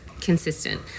consistent